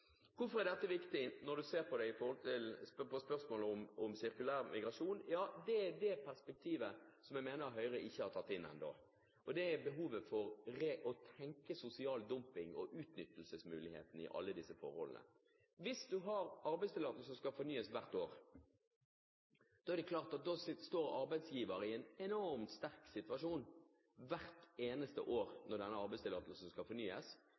Hvorfor er dette viktig når det gjelder spørsmålet om sirkulær migrasjon? Det perspektivet som jeg mener at Høyre ikke har tatt inn over seg ennå, er behovet for å tenke sosial dumping og utnyttelsesmuligheter i alle disse forholdene. Har du en arbeidstillatelse som skal fornyes hvert år, er det klart at arbeidsgiver står i en enormt sterk situasjon hvert eneste år når arbeidstillatelsen skal fornyes,